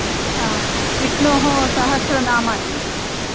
हा विष्णोः सहस्रनामानि